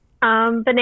Banana